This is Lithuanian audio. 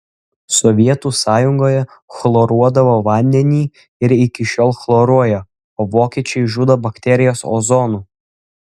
sovietų sąjungoje chloruodavo vandenį ir iki šiol chloruoja o vokiečiai žudo bakterijas ozonu